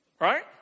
right